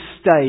state